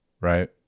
right